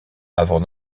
avant